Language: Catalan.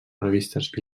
revistes